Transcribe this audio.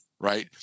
Right